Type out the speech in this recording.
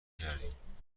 کردیم